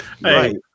right